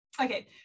Okay